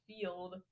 field